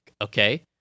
okay